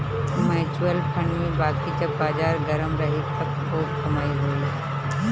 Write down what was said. mutual fund में बाकी जब बाजार गरम रही त खूब कमाई होई